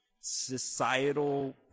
societal